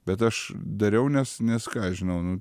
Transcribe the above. bet aš dariau nes nes ką žinau nu